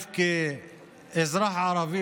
כאזרח ערבי